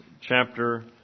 chapter